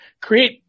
create